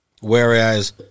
Whereas